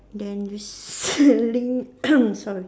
then you sorry